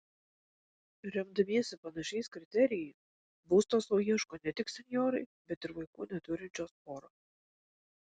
remdamiesi panašiais kriterijais būsto sau ieško ne tik senjorai bet ir vaikų neturinčios poros